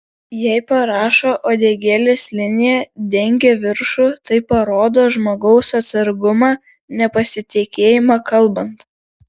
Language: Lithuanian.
jei parašo uodegėlės linija dengia viršų tai parodo žmogaus atsargumą nepasitikėjimą kalbant